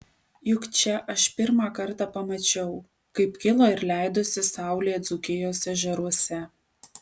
juk čia aš pirmą kartą pamačiau kaip kilo ir leidosi saulė dzūkijos ežeruose